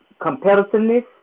competitiveness